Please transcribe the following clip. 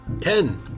Ten